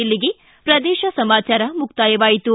ಇಲ್ಲಿಗೆ ಪ್ರದೇಶ ಸಮಾಚಾರ ಮುಕ್ತಾಯವಾಯಿತು